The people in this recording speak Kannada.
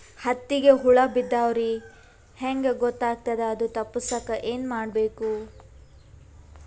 ಹತ್ತಿಗ ಹುಳ ಬಿದ್ದ್ರಾ ಹೆಂಗ್ ಗೊತ್ತಾಗ್ತದ ಅದು ತಪ್ಪಸಕ್ಕ್ ಏನ್ ಮಾಡಬೇಕು?